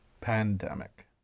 pandemic